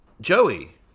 Joey